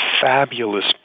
fabulous